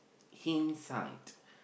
hindsight